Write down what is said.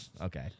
Okay